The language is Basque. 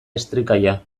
estricalla